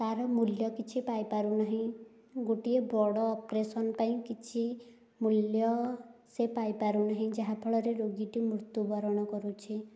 ତାର ମୂଲ୍ୟ କିଛି ପାଇପାରୁ ନାହିଁ ଗୋଟିଏ ବଡ଼ ଅପରେସନ ପାଇଁ କିଛି ମୂଲ୍ୟ ସେ ପାଇପାରୁ ନାହିଁ ଯାହାଫଳରେ ରୋଗୀଟି ମୃତ୍ଯୁ ବରଣ କରୁଛି